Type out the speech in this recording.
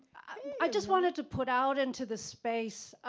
i just wanted to put out into the space,